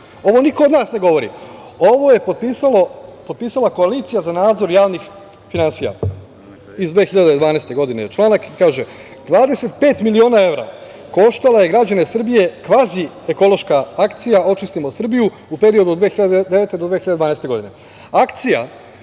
ovo niko od nas ne govori. Ovo je potpisala Koalicija za nadzor javnih finansija. Iz 2012. godine je članak, kaže: „Dvadesetpet miliona evra koštala je građane Srbije kvazi-ekološka akcija „Očistimo Srbiju“ u periodu od 2009. do 2012. godine, akcija,